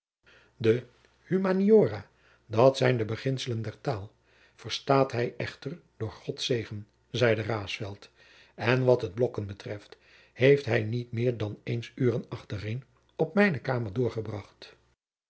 de humaniora dat zijn de beginselen der taal verstaat hij echter door gods zegen zeide raesfelt en wat het blokken betreft heeft hij niet meer dan eens uren achtereen op mijne kamer doorgebracht